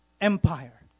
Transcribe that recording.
Empire